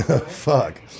Fuck